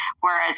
Whereas